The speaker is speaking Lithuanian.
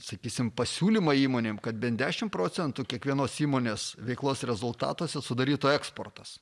sakysim pasiūlymą įmonėm kad bent dešimt procentų kiekvienos įmonės veiklos rezultatuose sudarytų eksportas